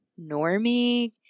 normie